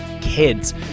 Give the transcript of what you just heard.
Kids